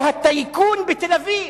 או הטייקון בתל-אביב